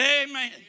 Amen